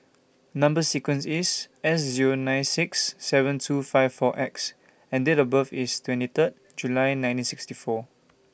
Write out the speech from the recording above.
Number sequence IS S Zero nine six seven two five four X and Date of birth IS twenty Third July nineteen sixty four